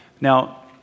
Now